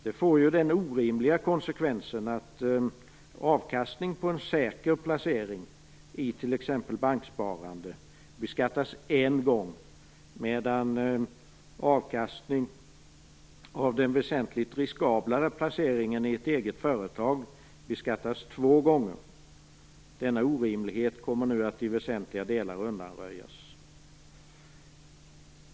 Det får ju den orimliga konsekvensen att avkastningen på en säker placering i t.ex. banksparande beskattas en gång, medan avkastning av den väsentligt riskablare placeringen i ett eget företag beskattas två gånger. Denna orimlighet kommer nu i väsentliga delar att undanröjas.